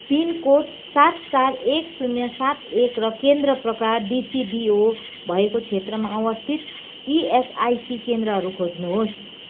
pin code सात चार एक शून्य सात एक र केन्द्र प्रकार डिसिबिओ भएको क्षेत्रमा अवस्थित इएसआइसी केन्द्रहरू खोज्नुहोस्